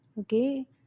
Okay